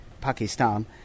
Pakistan